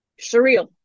Surreal